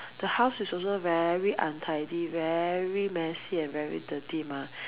the house is also very untidy very messy and very dirty mah